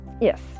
yes